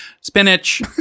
Spinach